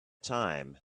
time